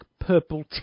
purple